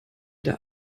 der